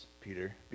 Peter